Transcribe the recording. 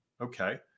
Okay